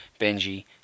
Benji